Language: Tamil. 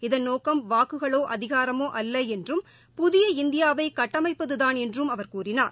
இதன் நோக்கம் வாக்குகளோ அதிகாரமோஅல்லஎன்றும் புதிய இந்தியாவைகட்டமைப்பதுதான் என்றும் அவர் கூறினார்